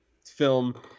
film